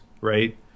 right